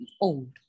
old